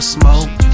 Smoke